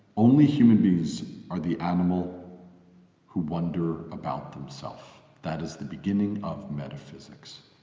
only human beings are the animal who wonder about themselves that is the beginning of metaphysics.